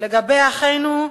לגבי אחינו,